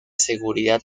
seguridad